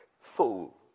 fool